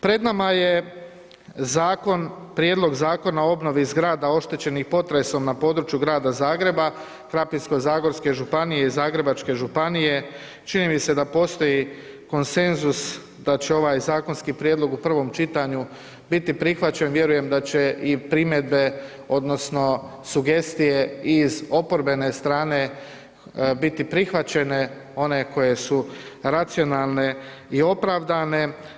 Pred nama je zakon, Prijedlog Zakona o obnovi zgrada oštećenih potresom na području Grada Zagreba, Krapinsko-zagorske županije i Zagrebačke županije, čini mi se da postoji konsenzus da će ovaj zakonski prijedlog u prvom čitanju biti prihvaćen, vjerujem da će i primjedbe odnosno sugestije iz oporbene strane biti prihvaćene one koje su racionalne i opravdane.